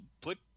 put